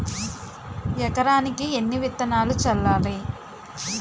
ఎకరానికి ఎన్ని విత్తనాలు చల్లాలి?